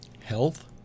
health